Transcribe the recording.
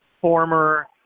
former